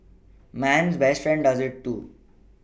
man's best friend does it too